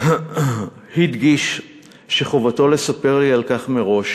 הוא הדגיש כי חובתו לספר לי על כך מראש,